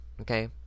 okay